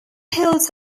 holds